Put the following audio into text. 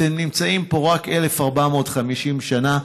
אתם נמצאים פה רק 1,450 שנה,